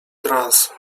trans